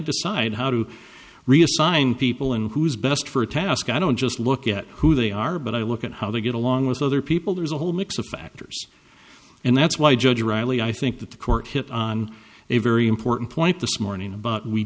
decide how to reassign people and who is best for a task i don't just look at who they are but i look at how they get along with other people there's a whole mix of factors and that's why judge reilly i think that the court hit on a very important point this morning about we